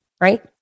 right